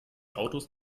autos